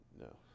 No